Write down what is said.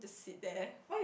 sit there